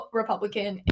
Republican